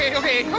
ah okay,